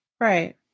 right